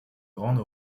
grande